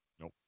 Nope